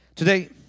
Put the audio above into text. Today